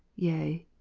yea,